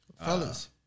fellas